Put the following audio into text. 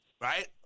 Right